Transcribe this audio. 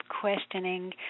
questioning